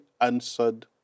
answered